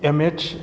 M H